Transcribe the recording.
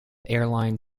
airline